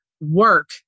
Work